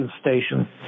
Station